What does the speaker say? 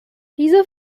diese